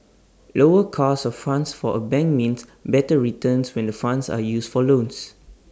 lower cost of funds for A bank means better returns when the funds are used for loans